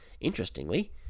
Interestingly